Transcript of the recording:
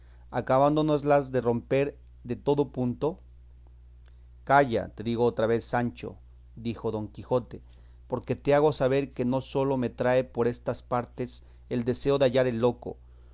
costillas acabándonoslas de romper de todo punto calla te digo otra vez sancho dijo don quijote porque te hago saber que no sólo me trae por estas partes el deseo de hallar al loco